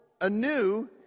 anew